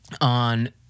on